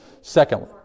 Secondly